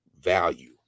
value